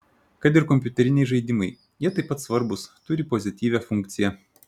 kad ir kompiuteriniai žaidimai jie taip pat svarbūs turi pozityvią funkciją